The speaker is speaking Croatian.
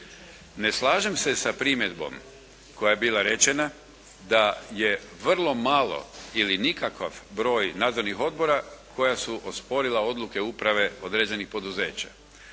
Ne slažem se sa primjedbom koja je bila rečena, da je vrlo malo ili nikakav broj nadzornih odbora koja su osporila odluke uprave određenih poduzeća.